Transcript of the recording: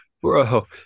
Bro